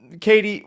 Katie